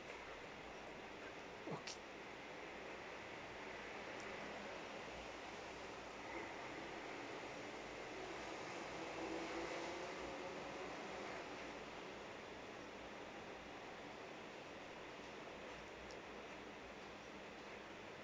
okay